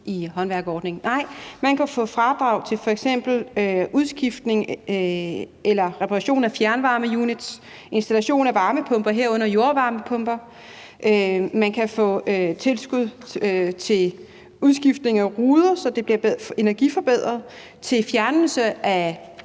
håndværkerordningen. Nej, man kan få fradrag til f.eks. udskiftning eller reparation af fjernevarmeunits, installation af varmepumper, herunder jordvarmepumper. Man kan få tilskud til udskiftning af ruder, så de bliver energiforbedret, til fjernelse af